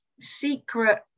secret